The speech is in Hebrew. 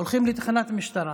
הולכות לתחנת משטרה